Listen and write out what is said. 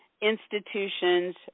institutions